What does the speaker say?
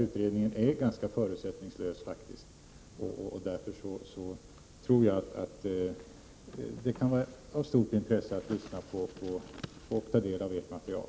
Utredningen är ganska förutsättningslös. Därför tror jag att det kan vara av stort intresse att lyssna på er och ta del av ert material.